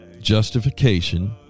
Justification